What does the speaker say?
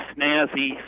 snazzy